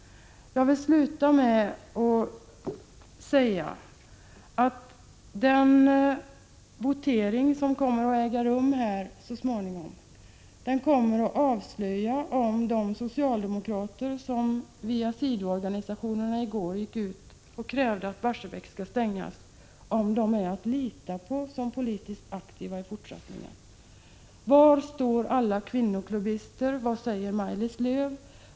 Jag vill sluta med att säga att den votering som kommer att äga rum så småningom kommer att avslöja om de socialdemokrater som via sidoorganisationerna i går gick ut och krävde att Barsebäck skall stängas är att lita på som politiskt aktiva i fortsättningen. Var står alla kvinnoklubbister? Vad säger Maj-Lis Lööw?